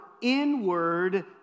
inward